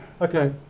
Okay